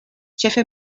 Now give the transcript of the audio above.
ĉefe